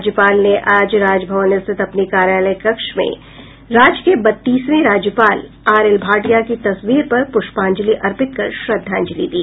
राज्यपाल ने आज राजभवन स्थित अपने कार्यालय कक्ष में राज्य के बत्तीसवें राज्यपाल आर ़ एल ़ भाटिया की तस्वीर पर प्रष्पांजलि अर्पित कर श्रद्धांजलि दी